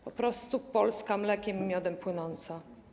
Po prostu Polska mlekiem i miodem płynąca.